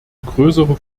größere